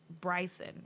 Bryson